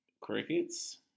Crickets